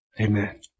Amen